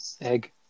Egg